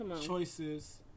choices